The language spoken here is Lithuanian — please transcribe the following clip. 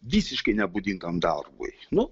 visiškai nebūdingam darbui nu